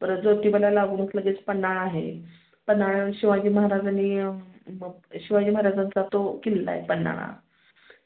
परत जोतिबाला लागूनच लगेच पन्हाळा आहे पन्हाळ्याहून शिवाजी महाराजांनी अं शिवाजी महाराजांचा तो किल्ला आहे पन्हाळा